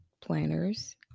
planners